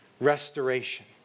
restoration